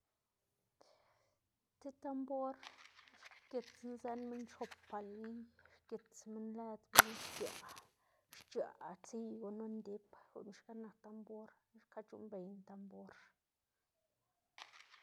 ti tambor xgitsna zën minn chop paliy, xgits minn lëd gunu xc̲h̲aꞌ xc̲h̲aꞌ tsiy gunu ndip, guꞌn xka nak tambor, xka c̲h̲uꞌnnbeyná tambor.